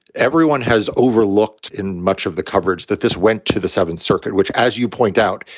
everyone has overlooked in much of the coverage that this went to the seventh circuit, which, as you point out,